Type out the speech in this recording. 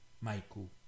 Michael